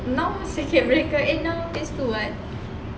now circuit breaker eh now phase two [what]